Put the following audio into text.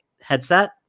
headset